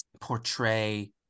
portray